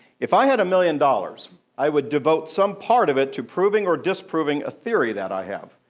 if i had a million dollars, i would devote some part of it to proving or disproving a theory that i have,